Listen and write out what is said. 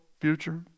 future